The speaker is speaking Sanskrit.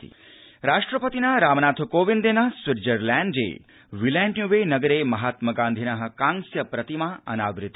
राष्ट्रपतिस्विट्ज़रलैण्डम् राष्ट्रपतिना रामनाथ कोविन्देन स्विट्जरलैण्डे विलेन्युवे नगरे महात्म गान्धिनः कांस्य प्रतिमा अनावृता